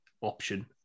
option